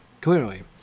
clearly